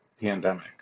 pandemic